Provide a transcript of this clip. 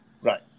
right